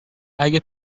اگه